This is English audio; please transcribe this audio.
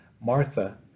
Martha